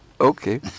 Okay